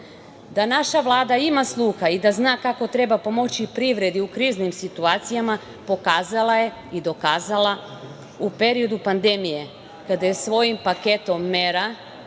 naša Vlada ima sluha i da zna kako treba pomoći privredi u kriznim situacijama pokazala je i dokazala u periodu pandemije, kada je svojim paketom mera